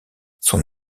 son